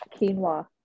Quinoa